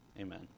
Amen